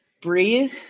breathe